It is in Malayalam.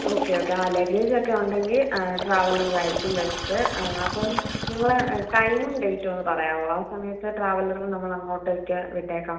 ഓക്കെ ഓക്കെ ആ ലഗേജൊക്കെ ഉണ്ടെങ്കിൽ ട്രാവലറിലായിരിക്കും ബെസ്റ്റ് അപ്പം നിങ്ങളെ ടൈമും ഡേറ്റുമൊന്ന് പറയാമോ ആ സമയത്ത് ട്രാവലറിൽ നമ്മൾ അങ്ങോട്ടേക്ക് വിട്ടേക്കാം